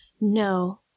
no